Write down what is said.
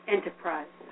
Enterprise